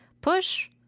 push